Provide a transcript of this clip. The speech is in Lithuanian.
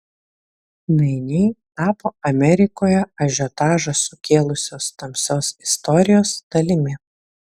nainiai tapo amerikoje ažiotažą sukėlusios tamsios istorijos dalimi